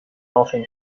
nothing